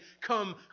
come